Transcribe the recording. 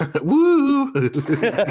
Woo